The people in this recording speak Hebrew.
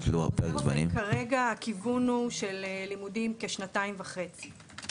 כרגע הכיוון הוא של שנתיים וחצי לימודים.